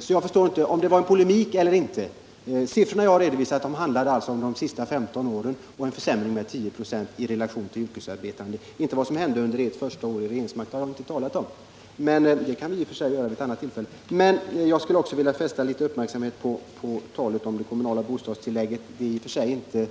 Så jag förstår inte om det var eu polemik eller inte. Siffrorna som jag har redovisat handlar alltså om de senaste 15 åren och en försämring med 10 96 i relation till de yrkesarbetande. Vad som hände under ert första år i regeringsställning har jag inte talat om, men det kan vi naturligtvis göra vid något tillfälle. Jag skulle också vilja fästa uppmärksamheten vid det kommunala bostadstillägget. Det hör i och för sig inte